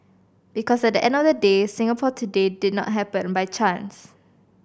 because at the end of the day Singapore today did not happen by chance